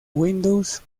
windows